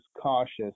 cautious